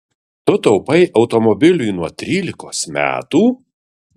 tu taupai automobiliui nuo trylikos metų